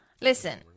Listen